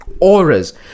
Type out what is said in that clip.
auras